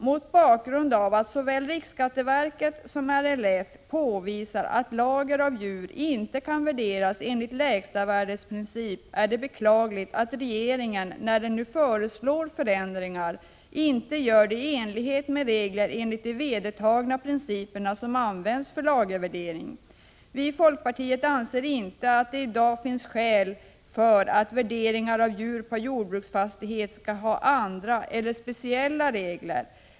Mot bakgrund av att såväl riksskatteverket som LRF påvisat att lager av djur inte kan värderas enligt lägsta värdets princip är det beklagligt att regeringen, när den nu föreslår förändringar, inte gör det i enlighet med de vedertagna principer som används för lagervärdering. Vi i folkpartiet anser inte att det i dag finns skäl för att värdering av djur på fastighet skall ha andra eller speciella regler.